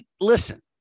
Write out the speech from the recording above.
listen